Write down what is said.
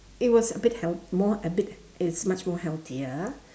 it was a bit health~ more a bit it's much more healthier